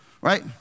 Right